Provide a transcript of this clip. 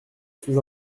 sous